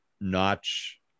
notch